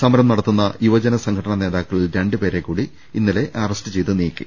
സമരം നടത്തുന്നു യുവജന സംഘടനാ നേതാക്കളിൽ രണ്ടുപേരെ കൂടി ഇന്നലെ അറസ്റ്റ് ചെയ്ത് നീക്കി